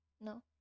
No